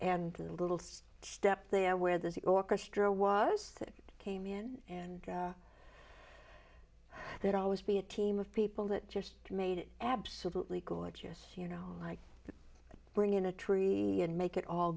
and little sis step there where the orchestra was that came in and they'd always be a team of people that just made it absolutely gorgeous you know like bring in a tree and make it all